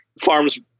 farms